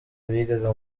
bigaga